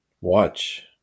watch